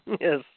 Yes